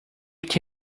que